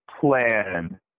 plan